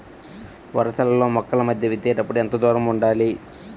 వరసలలో మొక్కల మధ్య విత్తేప్పుడు ఎంతదూరం ఉండాలి?